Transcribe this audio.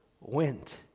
went